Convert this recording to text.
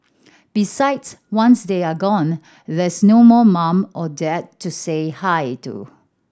besides once they are gone there's no more mum or dad to say hi to